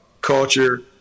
culture